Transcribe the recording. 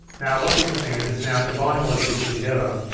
now what's interesting is it's now combining all these features together.